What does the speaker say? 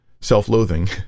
self-loathing